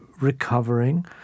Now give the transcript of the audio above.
recovering